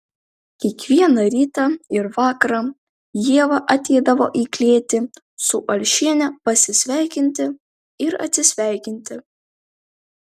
kiekvieną rytą ir vakarą ieva ateidavo į klėtį su alšiene pasisveikinti ir atsisveikinti